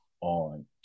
on